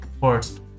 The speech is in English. first